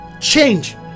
change